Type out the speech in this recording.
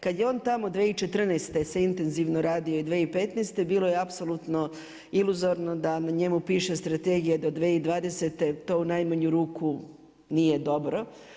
Kada je on tamo 2014. se intenzivno radio i 2015. bilo je apsolutno iluzorno da na njemu piše Strategija do 2020. to u najmanju ruku nije dobro.